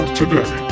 today